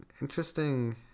Interesting